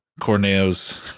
corneos